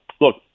look